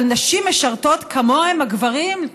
אבל נשים משרתות כמוהם, הגברים?